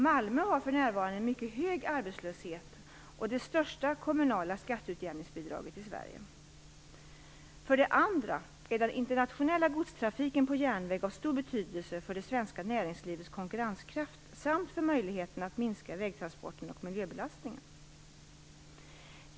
Malmö har för närvarande en mycket hög arbetslöshet, och det största kommunala skatteutjämningsbidraget i Sverige. För det andra är den internationella godstrafiken på järnväg av stor betydelse för det svenska näringslivets konkurrenskraft samt för möjligheterna att minska vägtransporterna och miljöbelastningen.